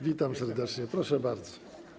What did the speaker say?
Witam serdecznie, proszę bardzo.